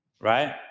Right